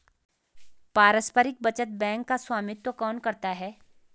पारस्परिक बचत बैंक का स्वामित्व कौन करता है?